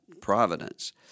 providence